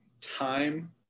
time